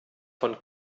von